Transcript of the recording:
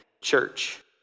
church